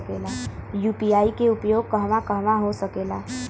UPI के उपयोग कहवा कहवा हो सकेला?